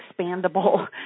expandable